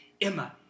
Emma